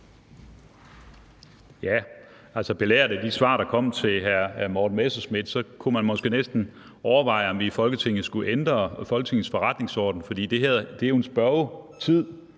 (DF): Belært af de svar, der kom til hr. hr. Morten Messerschmidt, kunne man måske næsten overveje, om vi i Folketinget skulle ændre Folketingets forretningsorden, for det her er jo en spørgetid,